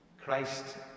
Christ